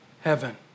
heaven